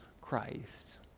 Christ